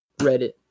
Reddit